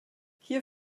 hier